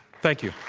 thank you.